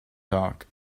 dock